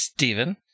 Steven